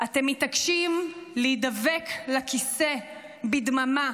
אתם מתעקשים להידבק לכיסא בדממה